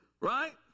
right